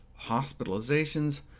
hospitalizations